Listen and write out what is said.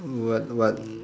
what what